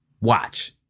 Watch